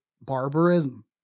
barbarism